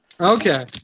Okay